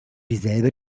dieselbe